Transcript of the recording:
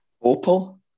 Opal